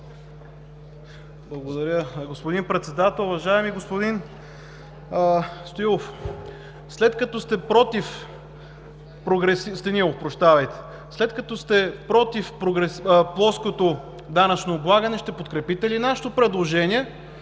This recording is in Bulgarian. Благодаря, господин Председател. Уважаеми господин Станилов, след като сте против плоското данъчно облагане, ще подкрепите ли нашето предложение